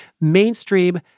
mainstream